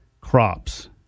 crops